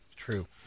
true